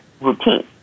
routine